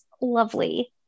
lovely